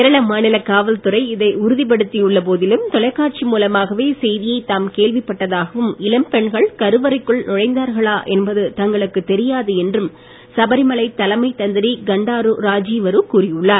கேரள மாநில காவல்துறை இதை உறுதிப்படுத்தி உள்ள போதிலும் தொலைக்காட்சி மூலமாகவே செய்தியை தாம் கேள்விப்பட்டதாகவும் இளம் பெண்கள் கருவறைக்குள் நுழைந்தார்களா என்பது தங்களுக்கு தெரியாது என்றும் சபரிமலை தலைமைத் தந்திரி கண்டரரு ராஜீவரு கூறியுள்ளார்